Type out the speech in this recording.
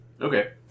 Okay